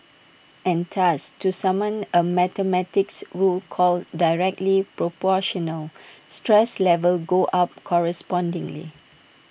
and thus to summon A mathematics rule called directly Proportional stress levels go up correspondingly